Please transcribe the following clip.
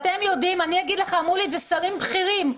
אני מדברת על להגביל את ההפגנות.